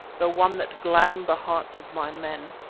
though one that gladdened the hearts of my men.